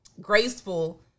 graceful